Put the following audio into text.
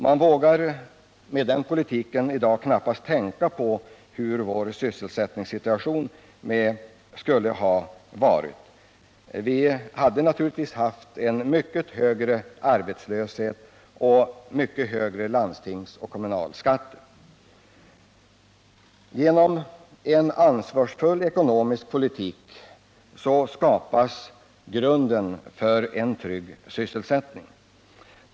Man vågar knappast tänka på hur vår sysselsättningssituation skulle ha varit om socialdemokraternas förslag hade gått igenom. Vi skulle naturligtvis ha haft en mycket högre arbetslöshet och mycket högre landstingsoch kommunalskatter. Genom en ansvarsfull ekonomisk politik skapas grunden för en trygg sysselsättning.